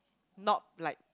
not like